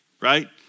right